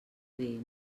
dir